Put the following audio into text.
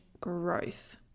growth